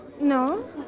No